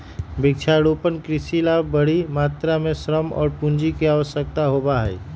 वृक्षारोपण कृषि ला बड़ी मात्रा में श्रम और पूंजी के आवश्यकता होबा हई